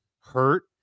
hurt